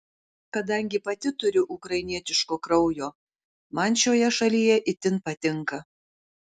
kadangi pati turiu ukrainietiško kraujo man šioje šalyje itin patinka